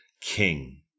king